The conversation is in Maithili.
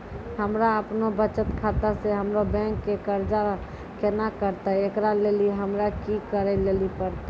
हमरा आपनौ बचत खाता से हमरौ बैंक के कर्जा केना कटतै ऐकरा लेली हमरा कि करै लेली परतै?